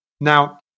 now